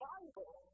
Bible